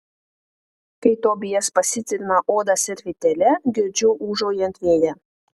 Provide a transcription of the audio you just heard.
kai tobijas pasitrina odą servetėle girdžiu ūžaujant vėją